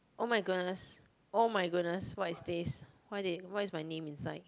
oh my goodness oh my goodness what is this why did why is my name inside